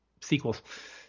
sequels